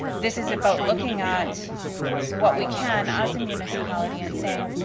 this is about looking at what we can as a municipality and saying,